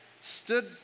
stood